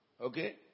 Okay